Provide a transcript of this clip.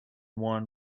one